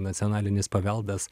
nacionalinis paveldas